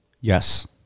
Yes